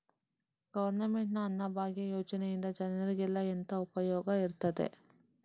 Government ನ ಅನ್ನಭಾಗ್ಯ ಯೋಜನೆಯಿಂದ ಜನರಿಗೆಲ್ಲ ಎಂತ ಉಪಯೋಗ ಇರ್ತದೆ?